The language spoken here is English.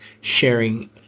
sharing